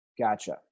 Gotcha